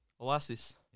Oasis